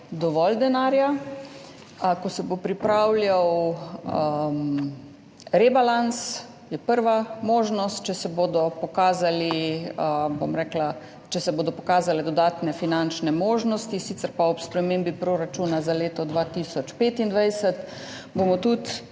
dovolj denarja. Ko se bo pripravljal rebalans, je prva možnost, bom rekla, če se bodo pokazale dodatne finančne možnosti, sicer pa bomo ob spremembi proračuna za leto 2025 tudi